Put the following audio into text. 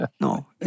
No